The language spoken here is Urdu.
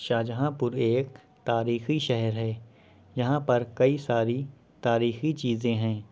شاہ جہاں پور ایک تاریخی شہر ہے یہاں پر کئی ساری تاریخی چیزیں ہیں